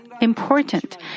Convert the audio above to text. Important